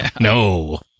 No